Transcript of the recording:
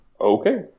Okay